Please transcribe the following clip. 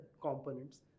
components